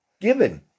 given